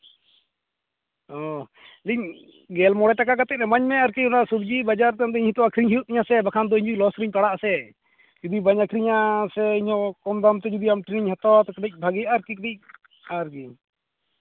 ᱚ ᱢᱮᱱᱫᱟᱹᱧ ᱜᱮᱞ ᱢᱚᱬᱮ ᱴᱟᱠᱟ ᱠᱟᱛᱮᱫ ᱤᱢᱟᱹᱧ ᱢᱮ ᱟᱨᱠᱤ ᱥᱚᱵᱽᱡᱤ ᱚᱱᱟ ᱥᱚᱵᱽᱡᱤ ᱵᱟᱡᱟᱨ ᱫᱚ ᱟᱹᱠᱷᱨᱤᱧ ᱦᱩᱭᱩᱜ ᱛᱤᱧᱟᱹ ᱥᱮ ᱵᱟᱠᱷᱟᱱ ᱫᱚ ᱤᱧ ᱦᱚᱸ ᱞᱚᱥ ᱨᱤᱧ ᱯᱟᱲᱟᱜ ᱟᱥᱮ ᱡᱩᱫᱤ ᱵᱟᱹᱧ ᱟᱹᱠᱷᱨᱤᱧᱟ ᱥᱮ ᱤᱧᱟᱹᱜ ᱠᱚᱢ ᱫᱟᱢᱛᱮ ᱟᱢ ᱴᱷᱮᱱᱤᱧ ᱦᱟᱛᱟᱣᱟ ᱛᱟᱦᱞᱮ ᱵᱷᱟᱹᱜᱤᱜᱼᱟ ᱟᱨᱠᱤ